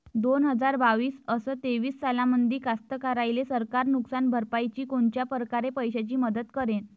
दोन हजार बावीस अस तेवीस सालामंदी कास्तकाराइले सरकार नुकसान भरपाईची कोनच्या परकारे पैशाची मदत करेन?